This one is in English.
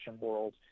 world